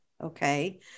Okay